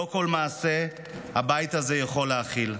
לא כל מעשה הבית הזה יכול להכיל.